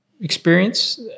experience